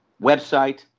website